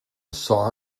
saw